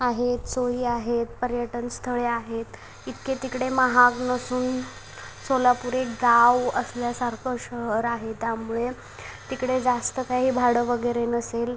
आहे सोयी आहेत पर्यटन स्थळे आहेत इतके तिकडे महाग नसून सोलापूर एक गाव असल्यासारखं शहर आहे त्यामुळे तिकडे जास्त काही भाडं वगैरे नसेल